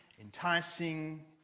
enticing